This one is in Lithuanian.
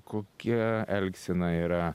kokia elgsena yra